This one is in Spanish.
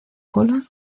cola